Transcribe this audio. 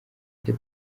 the